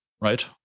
right